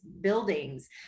buildings